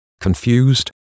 confused